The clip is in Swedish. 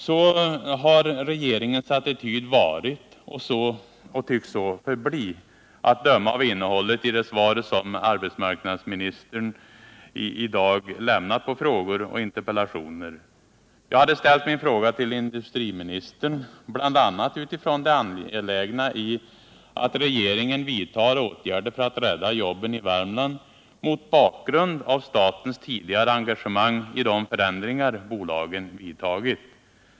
Så har regeringens attityd varit och tycks så förbli, att döma av innehållet i det svar som arbetsmarknadsministern i dag lämnat på frågor och interpellationer. Jag hade ställt min fråga till industriministern bl.a. utifrån det angelägna i att regeringen vidtar åtgärder för att rädda jobben i Värmland, mot bakgrund av statens tidigare engagemang i de förändringar bolagen vidtagit.